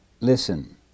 listen